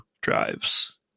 drives